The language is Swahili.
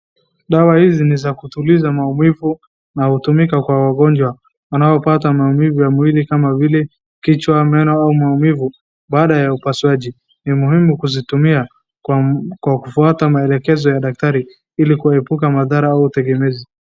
Dawa hizi ni za kutuliza maumivu na hutumika kwa wagonjwa wanaopata maumivu ya mwili kama vile kichwa, meno au maumivu baada ya upasuaji. Ni muhimu kuzitumia kwa kufuata maelekezo ya daktari ili kuepuka madhara au tegemezi.